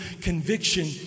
conviction